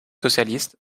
socialiste